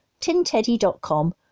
tinteddy.com